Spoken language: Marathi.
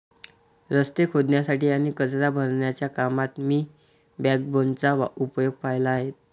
रस्ते खोदण्यासाठी आणि कचरा भरण्याच्या कामात मी बॅकबोनचा उपयोग पाहिले आहेत